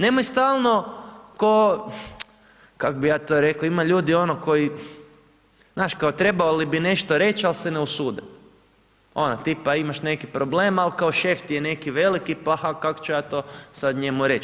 Nemoj stalno k'o, kak' bi ja to rekao, ima ljudi ono koji znaš kao trebali bi nešto reći ali se ne usude, ono tipa imaš neki problem ali kao šef ti je neki veliki pa kak' ću ja to sad njemu reć.